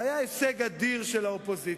זה היה הישג אדיר של האופוזיציה,